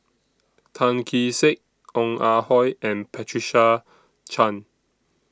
Tan Kee Sek Ong Ah Hoi and Patricia Chan